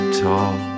tall